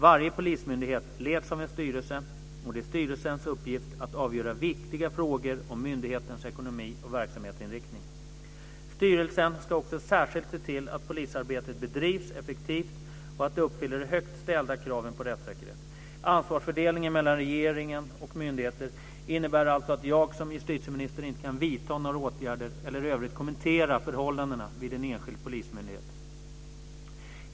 Varje polismyndighet leds av en styrelse, och det är styrelsens uppgift att avgöra viktiga frågor om myndighetens ekonomi och verksamhetsinriktning. Styrelsen ska också särskilt se till att polisarbetet bedrivs effektivt och att det uppfyller de högt ställda kraven på rättssäkerhet. Ansvarsfördelningen mellan regeringen och myndigheterna innebär alltså att jag som justitieminister inte kan vidta några åtgärder eller i övrigt kommentera förhållanden vid en enskild polismyndighet.